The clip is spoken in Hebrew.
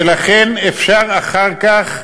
ולכן אפשר אחר כך